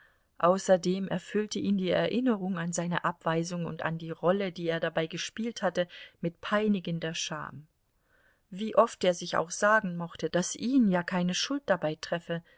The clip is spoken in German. außerdem erfüllte ihn die erinnerung an seine abweisung und an die rolle die er dabei gespielt hatte mit peinigender scham wie oft er sich auch sagen mochte daß ihn ja keine schuld dabei treffe